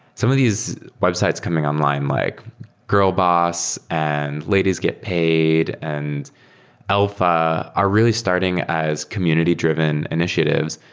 some of these websites coming online like girlboss, and ladies get paid, and elpha are really starting as community-driven initiatives.